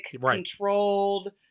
controlled